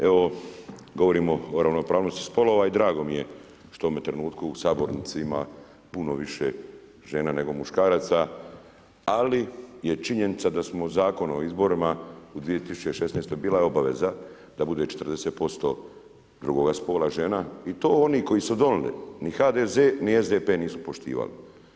Evo govorimo o ravnopravnosti spolova i drago mi je što u ovom trenutku u sabornici ima puno više žena, nego muškaraca, ali je činjenica da smo zakonom o izborima u 2016. bila je obaveza da bude 40% drugoga spola, žena, i to onih koji su donili, ni HDZ, ni SDP nisu poštivali.